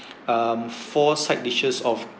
um four side dishes of